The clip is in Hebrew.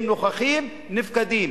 הם נוכחים-נפקדים,